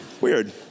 weird